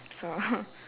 so